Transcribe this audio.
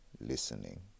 listening